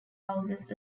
houses